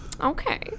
Okay